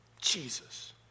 Jesus